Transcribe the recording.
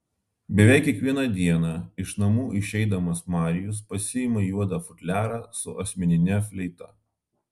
beveik kiekvieną dieną iš namų išeidamas marijus pasiima juodą futliarą su asmenine fleita